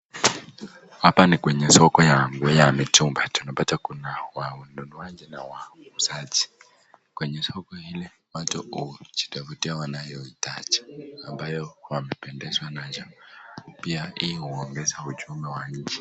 Hapa ni kwenye soko ya nguo ya mitumba. Tumepata kuna wahudumiaji na wauziazji. Kwenye soko hili watu hujitafutia wanayoitaji ambayo wamependezwa na nacho. Pia hii huongeza uchumi wa nchi.